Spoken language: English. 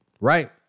right